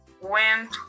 went